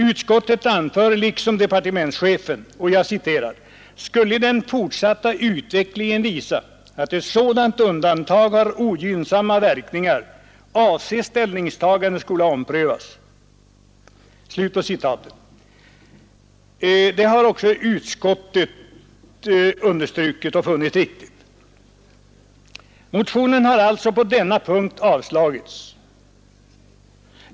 Utskottet anför liksom departementschefen: ”Skulle den fortsatta utvecklingen visa att ett sådant undantag har ogynnsamma verkningar avses ställningstagandet skola omprövas, vilket även utskottet finner riktigt.” Motionen har alltså på denna punkt avstyrkts.